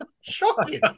Shocking